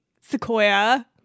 Sequoia